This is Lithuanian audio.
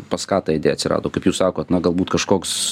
pas ką ta idėja atsirado kaip jūs sakot na galbūt kažkoks